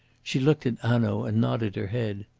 she looked at hanaud and nodded her head.